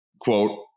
quote